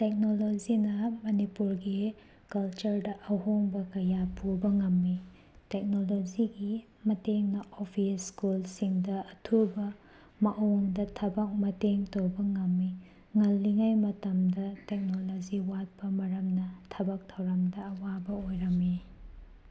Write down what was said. ꯇꯦꯛꯅꯣꯂꯣꯖꯤꯅ ꯃꯅꯤꯄꯨꯔꯒꯤ ꯀꯜꯆꯔꯗ ꯑꯍꯣꯡꯕ ꯀꯌꯥ ꯄꯨꯕ ꯉꯝꯏ ꯇꯦꯛꯅꯣꯂꯣꯖꯤꯒꯤ ꯃꯇꯦꯡꯅ ꯑꯣꯐꯤꯁ ꯁ꯭ꯀꯨꯜꯁꯤꯡꯗ ꯑꯊꯨꯕ ꯃꯑꯣꯡꯗ ꯊꯕꯛ ꯃꯇꯦꯡ ꯇꯧꯕ ꯉꯝꯏ ꯉꯜꯂꯤꯉꯩ ꯃꯇꯝꯗ ꯇꯦꯛꯅꯣꯂꯣꯖꯤ ꯋꯥꯠꯄ ꯃꯔꯝꯅ ꯊꯕꯛ ꯊꯧꯔꯝꯗ ꯑꯋꯥꯕ ꯑꯣꯏꯔꯝꯏ